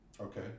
Okay